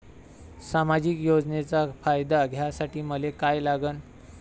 सामाजिक योजनेचा फायदा घ्यासाठी मले काय लागन?